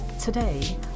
Today